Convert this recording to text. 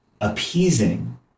appeasing